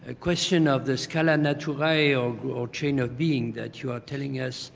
ah question of this scala naturae or or chain of being that you are telling us